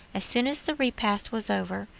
as soon as the repast was over,